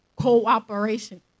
cooperation